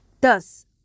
Thus